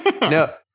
no